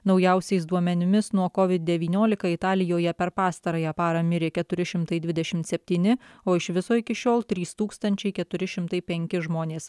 naujausiais duomenimis nuo covid devyniolika italijoje per pastarąją parą mirė keturi šimtai dvidešimt septyni o iš viso iki šiol trys tūkstančiai keturi šimtai penki žmonės